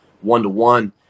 one-to-one